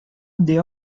the